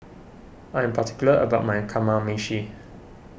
I am particular about my Kamameshi